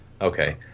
Okay